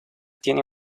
tiene